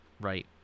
right